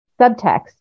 subtext